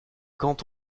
quand